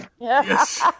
Yes